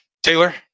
Taylor